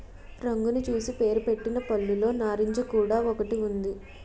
రంగును చూసి పేరుపెట్టిన పళ్ళులో నారింజ కూడా ఒకటి ఉంది